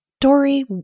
Dory